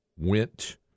went